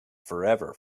forever